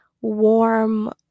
warm